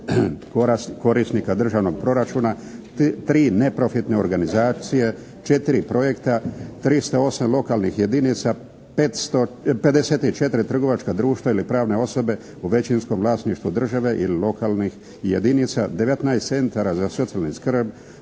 korisnika državnog proračuna, 3 neprofitne organizacije, 4 projekta, 308 lokalnih jedinica, 54 trgovačka društva ili pravne osobe u većinskom vlasništvu države i lokalnih jedinica, 19 centara za socijalnu skrb,